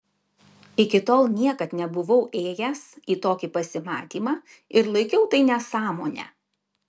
iki tol niekad nebuvau ėjęs į tokį pasimatymą ir laikiau tai nesąmone